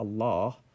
Allah